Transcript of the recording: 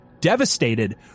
Devastated